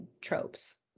tropes